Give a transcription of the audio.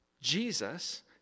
Jesus